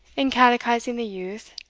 in catechising the youth,